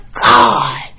God